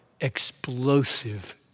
explosive